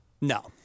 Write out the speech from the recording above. No